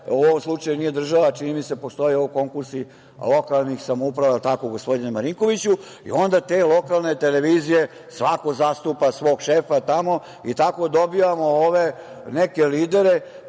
u ovom slučaju nije država, čini mi se, postoje konkursi lokalnih samouprava, jel tako, gospodine Marinkoviću, i onda te lokalne televizije, svako zastupa svog šefa tamo. Tako dobijamo ove neke lidere